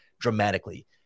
dramatically